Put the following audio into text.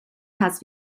has